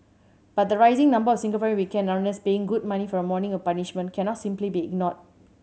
but the rising number of Singaporean weekend runners paying good money for a morning of punishment cannot simply be ignored